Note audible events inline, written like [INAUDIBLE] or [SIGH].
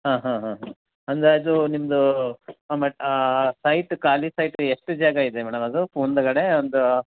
ಹಾಂ ಹಾಂ ಹಾಂ ಹಾಂ ಅಂದಾಜು ನಿಮ್ದು [UNINTELLIGIBLE] ಸೈಟ್ ಖಾಲಿ ಸೈಟ್ ಎಷ್ಟು ಜಾಗ ಇದೆ ಮೇಡಮ್ ಅದು ಮುಂದುಗಡೆ ಒಂದು